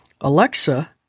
Alexa